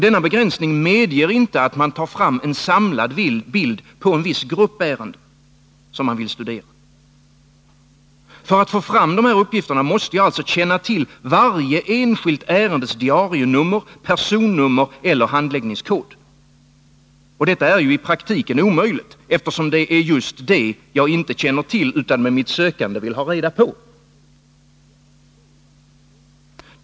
Denna begränsning medger inte att man tar fram en samlad bild av en viss grupp ärenden som man vill studera. För att få fram de här uppgifterna måste jag alltså känna till varje enskilt ärendes diarienummer, personnummer eller handläggningskod. Detta är i praktiken omöjligt, eftersom det är just det jag inte känner till utan i mitt sökande vill ha reda på.